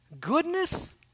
goodness